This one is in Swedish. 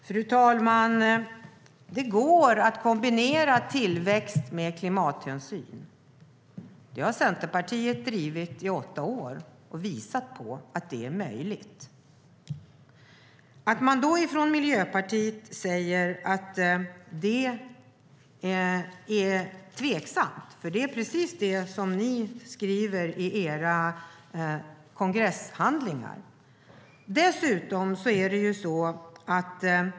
Fru talman! Det går att kombinera tillväxt och klimathänsyn. Centerpartiet har drivit det i åtta år och visat att det är möjligt. Ni i Miljöpartiet säger att det är tveksamt; i era kongresshandlingar skriver ni precis det.